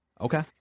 Okay